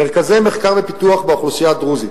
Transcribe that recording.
מרכזי מחקר ופיתוח באוכלוסייה הדרוזית.